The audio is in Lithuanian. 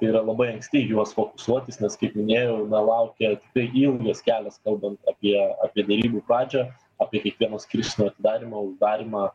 tai yra labai anksti į juos fokusuotis nes kaip minėjau na laukia tikrai ilgas kelias kalbant apie apie derybų pradžią apie kiekvieno skirsnio atidarymą uždarymą